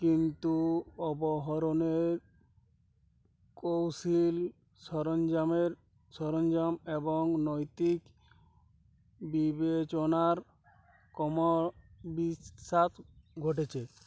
কিন্তু অবরোহণের কৌশল সরঞ্জামের সরঞ্জাম এবং নৈতিক বিবেচনার ক্রমবিকাশ ঘটেছে